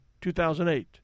2008